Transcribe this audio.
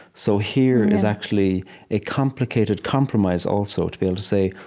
so here is actually a complicated compromise. also to be able to say,